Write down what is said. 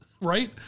right